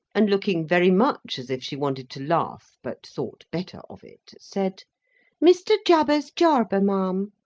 and looking very much as if she wanted to laugh but thought better of it, said mr. jabez jarber, ma'am!